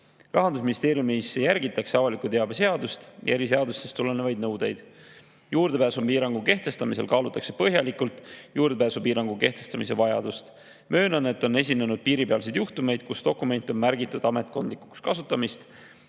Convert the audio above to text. Rahandusministeeriumis järgitakse avaliku teabe seadusest ja eriseadustest tulenevaid nõudeid. Juurdepääsupiirangu kehtestamisel kaalutakse põhjalikult juurdepääsupiirangu kehtestamise vajadust. Möönan, et on esinenud piiripealseid juhtumeid, kui dokument on märgitud ametkondlikuks kasutamiseks